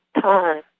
time